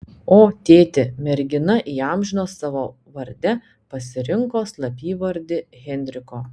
o tėtį mergina įamžino savo varde pasirinko slapyvardį henriko